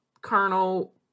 Colonel